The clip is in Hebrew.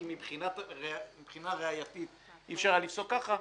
כי מבחינה ראייתית אי-אפשר היה לפסוק ככה,